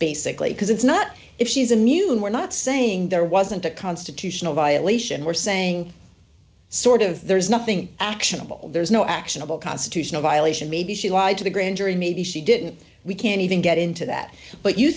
basically because it's not if she's a new and we're not saying there wasn't a constitutional violation we're saying sort of there's nothing actionable there's no actionable constitutional violation maybe she lied to the grand jury maybe she didn't we can't even get into that but you